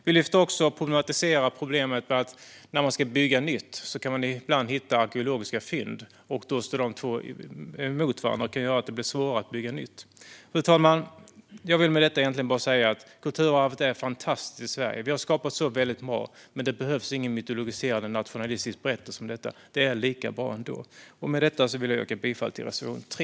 Vi lyfter också upp problemet med att man ibland kan hitta arkeologiska fynd när man ska bygga nytt. Dessa står då emot varandra, vilket kan göra att det blir svårare att bygga nytt. Fru talman! Jag vill med detta säga att kulturarvet i Sverige är fantastiskt. Vi har skapat så mycket som är väldigt bra. Men det behövs ingen mytologiserande nationalistisk berättelse om detta. Det är lika bra ändå. Jag vill yrka bifall till reservation 3.